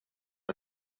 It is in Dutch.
het